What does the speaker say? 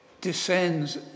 descends